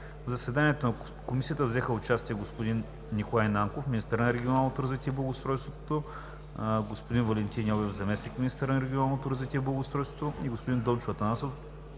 В заседанието на Комисията взеха участие: господин Николай Нанков – министър на регионалното развитие и благоустройството, господин Валентин Йовев – заместник-министър на регионалното развитие и благоустройството, и господин Дончо Атанасов